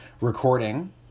recording